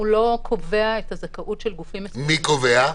הוא לא קובע את הזכאות של גופים --- מי קובע?